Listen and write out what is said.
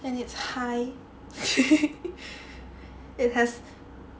and it's high it has